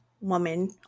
woman